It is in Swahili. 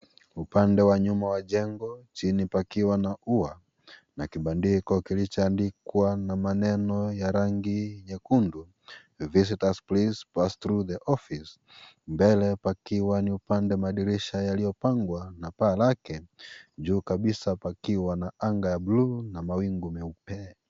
Upande wa nyuma wa jengo , chini pakiwa na ua na kibandiko kilichoandikwa na maneno ya rangi nyekundu visitors pkease pass through the office mbele pakiwa ni upande madirisha yaliyopangwa na paa lake juu kabisa pakiwa na anga ya bluu na mawingu meupe.